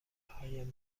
هایم